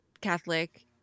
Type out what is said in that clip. Catholic